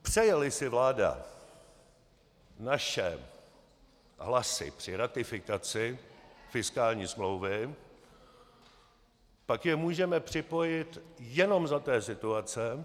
Přejeli si vláda naše hlasy při ratifikaci fiskální smlouvy, pak je můžeme připojit jenom za té situace...